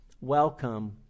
Welcome